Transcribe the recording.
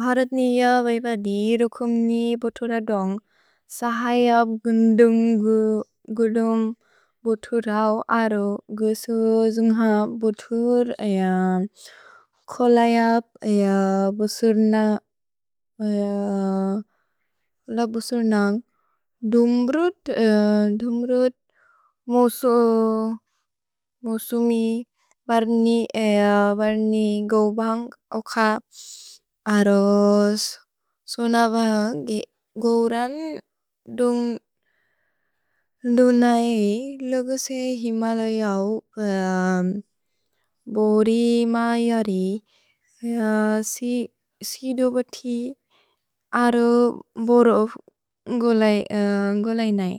भ्हरत् नि यवैपदि रुकुन् नि बुतुरदुन्ग् सहयप् गुन्दुन्ग् बुतुरव् अरो गु सु जुन्घप् बुतुर् अय खोलयप् अय लबुसुर्नन्ग्। दुन्गुरुत् मुसुमि भरत् नि एय भरत् नि गौबन्ग् ओकप् अरो सोनवग् गौरन् दुन्ग् दुनय् लगुसे हिमलयव् बोरिमयरि। सिदो बुति अरो बोरव् गुलय्नय्।